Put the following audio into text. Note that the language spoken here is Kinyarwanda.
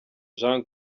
jean